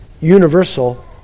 universal